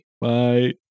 Bye